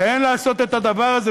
שאין לעשות את הדבר הזה,